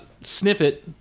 Snippet